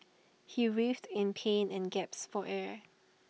he writhed in pain and gasped for air